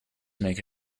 make